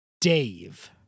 Dave